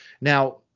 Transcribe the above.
now